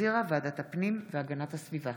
שהחזירה ועדת הפנים והגנת הסביבה.